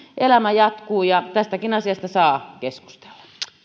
elämä jatkuu ja tästäkin asiasta saa keskustella